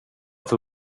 för